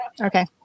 Okay